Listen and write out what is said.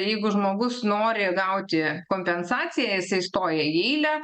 jeigu žmogus nori gauti kompensacijas įstoja į eilę